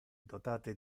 dotate